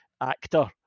actor